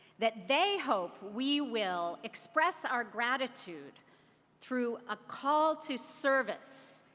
that they hope we will express our gratitude through a call to service,